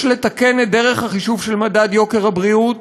יש לתקן את דרך החישוב של מדד יוקר הבריאות,